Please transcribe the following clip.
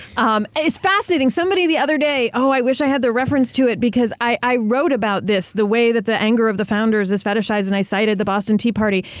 um it's fascinating. somebody the other day. oh, i wish i had the reference to it, because i wrote about this the way that the anger of the founders is fetishized, and i cited the boston tea party.